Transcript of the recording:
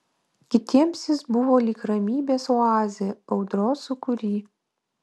kitiems jis buvo lyg ramybės oazė audros sūkury